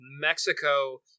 Mexico